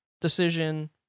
decision